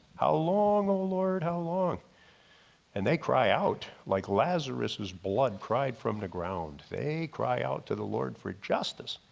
how long o lord, how long and they cry out like lazarus is blood cried from the ground, they cry out to the lord for justice.